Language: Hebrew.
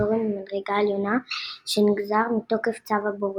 היסטורי ממדרגה עליונה שנגזר מתוקף צו הבורא".